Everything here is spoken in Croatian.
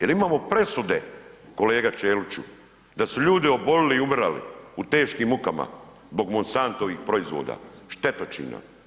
Jel imamo presude kolega Čeliću da su ljudi obolili i umirali u teškim mukama zbog Monsantovih proizvoda, štetočina.